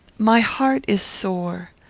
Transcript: my heart is sore.